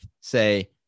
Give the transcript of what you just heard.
say